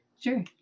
Sure